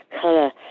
colour